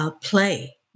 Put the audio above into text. play